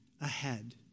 ahead